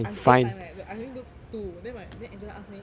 I save time leh do I only do two then my then angela ask me